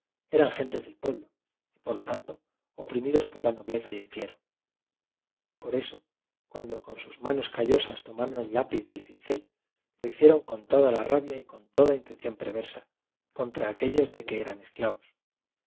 eran gentes del pueblo y por lo tanto oprimidos por la nobleza y el clero por eso cuando con sus manos callosas tomaron el lápiz y el cincel lo hicieron con toda la rabia y con toda intención perversa contra aquellos de que eran esclavos